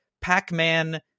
Pac-Man